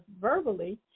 verbally